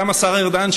גם השר ארדן,